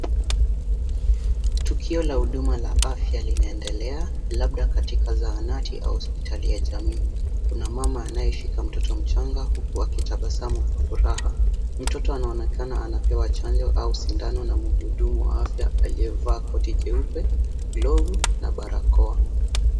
Tukio la huduma la afya linaendelea labda katika zahanati au hospitalini ya jamii. Kuna mama anayeshika mtoto mchanga huku akitabasamu kwa furaha. Mtoto anaonekana anapewa chanjo au sindano na mhudumu wa afya aliyevaa koti jeupe, glovu na barakoa.